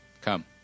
come